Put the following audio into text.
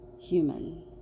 human